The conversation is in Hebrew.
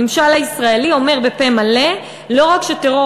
הממשל הישראלי אומר בפה מלא: לא רק שטרור